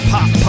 Pop